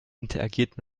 interagiert